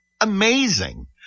amazing